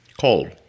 cold